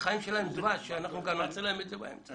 "החיים שלהם דבש", אנחנו גם נעשה להם את זה באמצע?